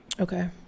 Okay